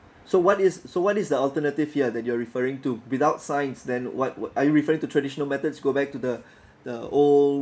so what is so what is the alternative here that you are referring to without science then what what are you referring to traditional methods go back to the the old